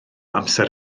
amser